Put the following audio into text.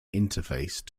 interface